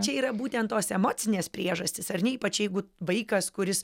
čia yra būtent tos emocinės priežastys ar ne ypač jeigu vaikas kuris